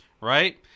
right